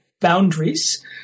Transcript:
boundaries